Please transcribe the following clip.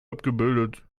abgebildet